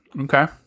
Okay